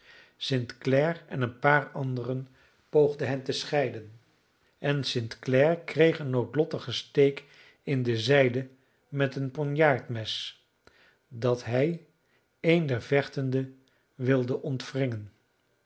clare en een paar anderen poogden hen te scheiden en st clare kreeg een noodlottigen steek in de zijde met een ponjaard mes dat hij een der vechtenden wilde